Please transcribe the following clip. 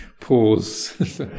Pause